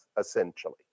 essentially